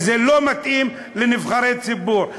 וזה לא מתאים לנבחרי ציבור.